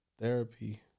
Therapy